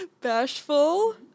bashful